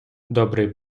добрий